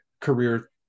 career